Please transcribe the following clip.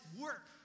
work